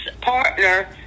partner